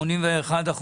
שהוא עם 81%,